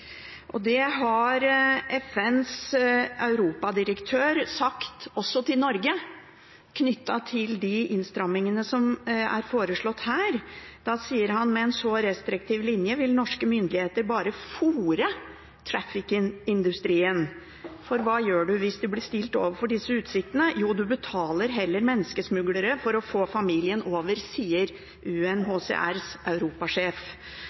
Det har UNHCRs europadirektør også sagt til Norge knyttet til de innstrammingene som er foreslått her: Med en så restriktiv linje vil norske myndigheter bare fôre trafficking-industrien. For hva gjør du hvis du blir stilt overfor disse utsiktene? Jo, du betaler heller menneskesmuglere for å få familien over.